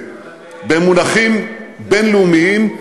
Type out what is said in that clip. במונחים בין-לאומיים,